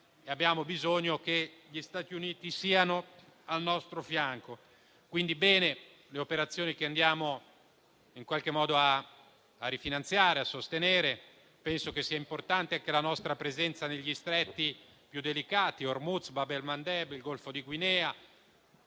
abbiamo bisogno che gli Stati Uniti siano al nostro fianco. Quindi, vanno bene le operazioni che andiamo a rifinanziare e a sostenere. Penso sia importante la nostra presenza negli stretti più delicati (Hormuz e Bab el-Mandeb) e nel Golfo di Guinea,